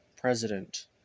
president